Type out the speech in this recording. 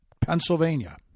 Pennsylvania